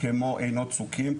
כמו עינות צוקים,